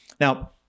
Now